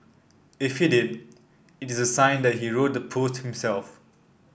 if he did it is sign that he wrote the post himself